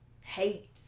hate